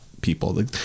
people